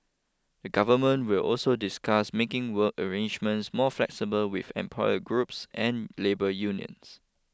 the Government will also discuss making work arrangements more flexible with employer groups and labour unions